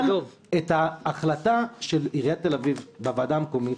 אבל את ההחלטה של עיריית תל אביב בוועדה המקומית,